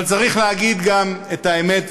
אבל צריך להגיד גם את האמת,